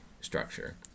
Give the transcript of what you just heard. structure